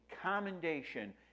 commendation